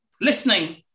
listening